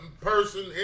person